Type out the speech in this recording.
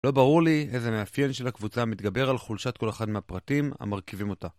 לא ברור לי איזה מאפיין של הקבוצה מתגבר על חולשת כל אחד מהפרטים המרכיבים אותה.